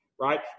right